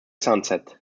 sunset